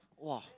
!wah!